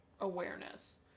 awareness